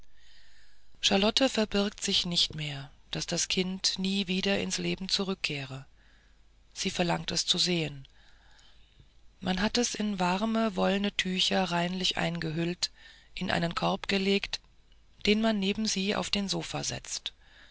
charlotte verbirgt sichs nicht mehr daß das kind nie wieder ins leben zurückkehre sie verlangt es zu sehen man hat es in warme wollne tücher reinlich eingehüllt in einen korb gelegt den man neben sie auf den sofa setzt